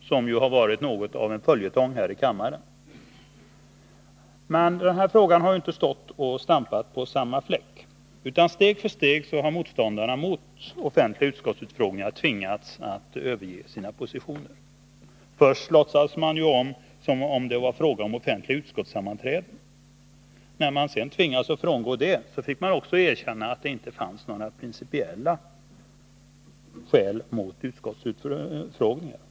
Det har ju varit något av en följetong här i kammaren. Spörsmålet har dock inte stått och stampat på samma fläck, utan steg för steg har motståndarna mot offentliga utskottsutfrågningar tvingats att överge sina positioner. Först låtsades man som om det var fråga om offentliga utskottssammanträden. När man tvingades frångå den ståndpunkten fick man också erkänna att det inte fanns några principiella skäl mot offentliga utskottsutfrågningar.